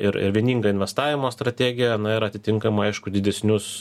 ir ir vieningą investavimo strategiją ir atitinkamai aišku didesnius